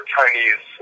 Chinese